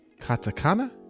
Katakana